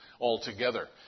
altogether